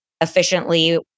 efficiently